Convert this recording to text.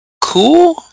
cool